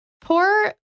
poor